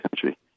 country